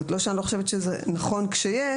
זה לא שאני לא חושבת שזה נכון כשיש,